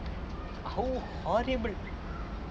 how horrible